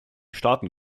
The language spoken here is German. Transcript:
staaten